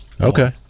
Okay